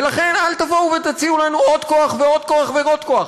ולכן אל תבואו ותציעו לנו עוד כוח ועוד כוח ועוד כוח.